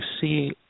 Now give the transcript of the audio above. see